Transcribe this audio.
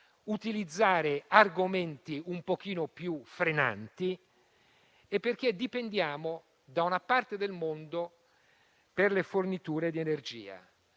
utilizzare argomenti un po' più frenanti - e perché dipendiamo da una parte del mondo per le forniture di energia.